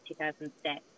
2006